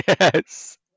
Yes